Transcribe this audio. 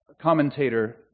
commentator